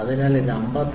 അതിനാൽ ഇത് 55